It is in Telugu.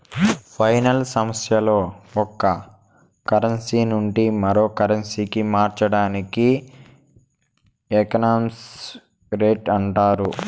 ఫైనాన్స్ సంస్థల్లో ఒక కరెన్సీ నుండి మరో కరెన్సీకి మార్చడాన్ని ఎక్స్చేంజ్ రేట్ అంటారు